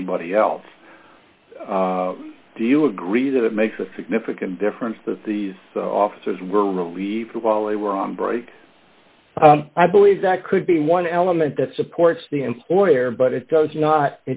anybody else do you agree that it makes a significant difference that these officers were relieved of all they were on break i believe that could be one element that supports the employer but it does not